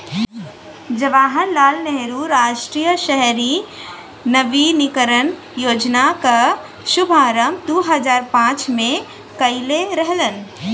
जवाहर लाल नेहरू राष्ट्रीय शहरी नवीनीकरण योजना क शुभारंभ दू हजार पांच में कइले रहलन